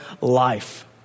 life